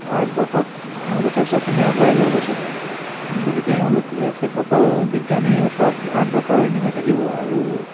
ভাৰতবৰ্ষক যথেষ্টখিনি আগুৱাই লৈ গৈছে গতিকে এওঁলোকে সেইসকল বিজ্ঞানীৰ ওচৰত ভাৰতবৰ্ষ ঋণী হৈ থাকিব আৰু